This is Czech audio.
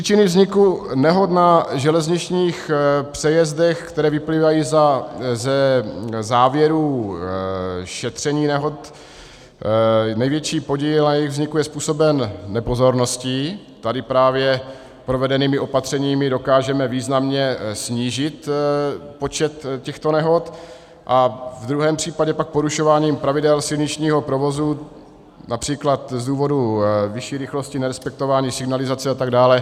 Příčiny vzniku nehod na železničních přejezdech, které vyplývají ze závěrů šetření nehod: největší podíl na jejich vzniku je způsoben nepozorností tady právě provedenými opatřeními dokážeme významně snížit počet těchto nehod, a v druhém případě pak porušováním pravidel silničního provozu, například z důvodu vyšší rychlosti, nerespektování signalizace atd.